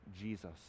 Jesus